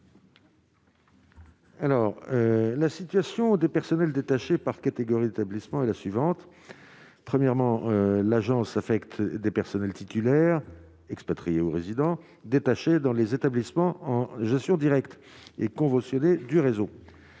Alors, la situation des personnels détachés par catégorie d'établissements est la suivante : premièrement, l'agence affecte des personnels titulaires expatrié ou résident détachés dans les établissements en gestion directe et conventionné du réseau,